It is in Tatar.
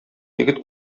егет